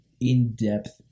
in-depth